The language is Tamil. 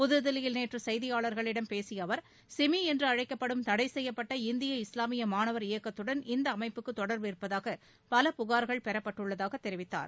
புதுதில்லியில் நேற்று செய்தியாளர்களிடம் பேசிய அவர் சிமி என்று அழைக்கப்படும் தடை செய்யப்பட்ட இந்திய இஸ்லாமிய மாணவர் இயக்கத்துடன் இந்த அமைப்புக்கு தொடர்பிருப்பதாக பல புகார்கள் பெறப்பட்டுள்ளதாக தெரிவித்தார்